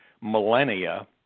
millennia